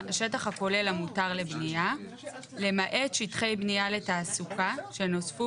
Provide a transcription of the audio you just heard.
"השטח הכולל המותר לבנייה למעט שטחי בנייה לתעסוקה שנוספו